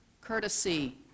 courtesy